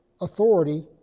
authority